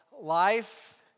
life